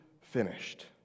finished